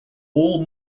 all